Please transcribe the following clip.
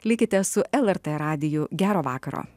likite su lrt radiju gero vakaro